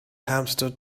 hamster